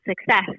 success